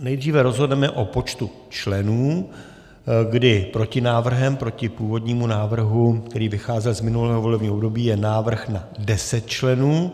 Nejdříve rozhodneme o počtu členů, kdy protinávrhem proti původnímu návrhu, který vycházel z minulého volebního období, je návrh na 10 členů.